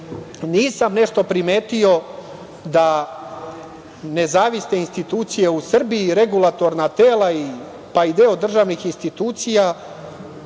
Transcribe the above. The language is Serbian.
Nisam nešto primetio da nezavisne institucije u Srbiji, regulatorna tela, pa i deo državnih institucija,